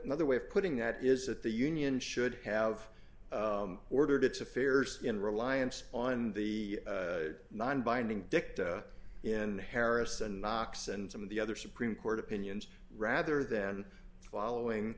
another way of putting that is that the union should have ordered its affairs in reliance on the non binding dicta in harris and knox and some of the other supreme court opinions rather than following